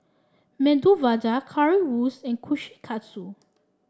Medu Vada Currywurst and Kushikatsu